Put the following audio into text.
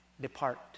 depart